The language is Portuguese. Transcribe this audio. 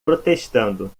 protestando